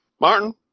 Martin